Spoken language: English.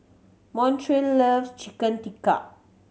Montrell loves Chicken Tikka